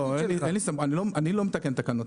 לא, אני לא מתקן תקנות.